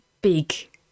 big